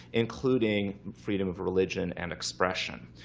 including freedom of religion and expression.